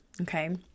okay